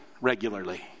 regularly